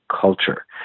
culture